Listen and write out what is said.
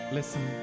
Listen